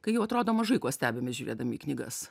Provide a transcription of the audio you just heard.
kai jau atrodo mažai kuo stebimės žiūrėdami į knygas